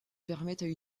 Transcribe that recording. permettent